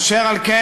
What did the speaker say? אשר על כן,